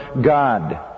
God